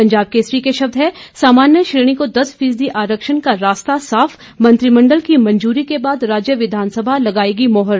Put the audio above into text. पंजाब केसरी के शब्द हैं सामान्य श्रेणी को दस फीसदी आरक्षण का रास्ता साफ मंत्रिमंडल की मंजूरी के बाद राज्य विधानसभा लगाएगी मोहर